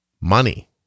Money